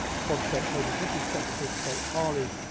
from state papers. this is secretary of state harley,